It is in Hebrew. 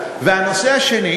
חברי הכנסת, כבוד השרים,